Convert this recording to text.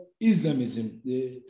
Islamism